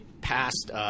passed –